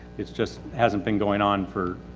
it just hasn't been going on for.